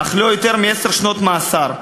אך לא יותר מעשר שנות מאסר.